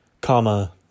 comma